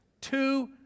two